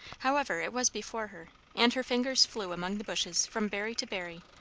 however, it was before her, and her fingers flew among the bushes, from berry to berry,